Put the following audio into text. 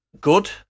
good